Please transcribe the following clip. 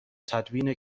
تدوین